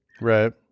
Right